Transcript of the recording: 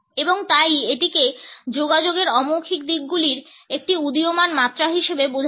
এবং তাই এটিকে যোগাযোগের অ মৌখিক দিকগুলির একটি উদীয়মান মাত্রা হিসাবে বোঝা যায়